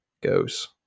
goes